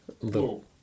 little